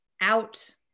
out